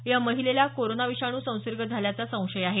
या महिलेला कोरोना विषाणू संसर्ग झाल्याचा संशय आहे